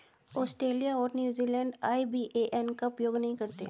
Australia और New Zealand IBAN का उपयोग नहीं करते हैं